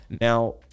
Now